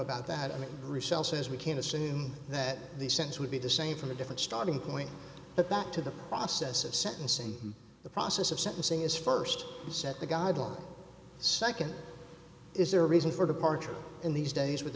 about that i mean grisel says we can assume that the sense would be the same from a different starting point but back to the process of sentencing the process of sentencing is st set the guidelines nd is there a reason for departure in these days with